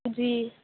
جی